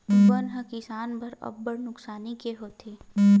बन ह किसान बर अब्बड़ नुकसानी के होथे